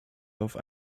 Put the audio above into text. darauf